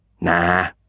Nah